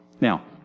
Now